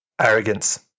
Arrogance